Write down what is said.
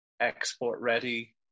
export-ready